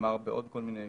ונאמר בעוד כל מיני